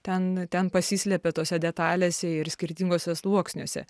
ten ten pasislepia tose detalėse ir skirtinguose sluoksniuose